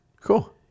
Cool